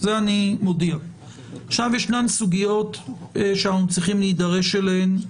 עכשיו ישנן סוגיות שאנחנו צריכים להידרש אליהן.